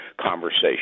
conversation